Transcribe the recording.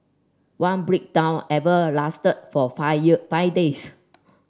one breakdown even lasted for five year five days